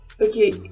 Okay